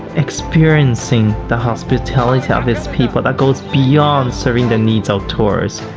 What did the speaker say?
experiencing the hospitality of its people that goes beyond serving the needs of tourists,